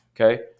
Okay